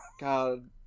God